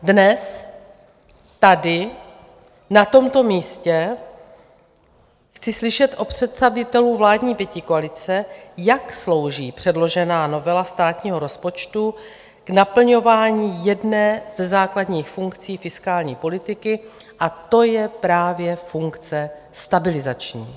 Dnes, tady na tomto místě, chci slyšet od představitelů vládní pětikoalice, jak slouží předložená novela státního rozpočtu naplňování jedné ze základních funkcí fiskální politiky, a to je právě funkce stabilizační.